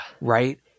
Right